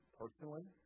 personally